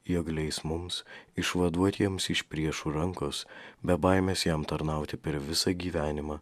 jog leis mums išvaduotiems iš priešų rankos be baimės jam tarnauti per visą gyvenimą